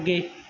ਅੱਗੇ